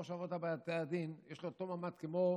ראש אבות בתי הדין, יש לו אותו מעמד כמו